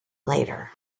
later